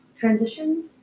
transition